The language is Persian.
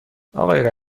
آقای